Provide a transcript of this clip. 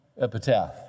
epitaph